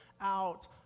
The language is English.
out